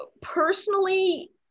personally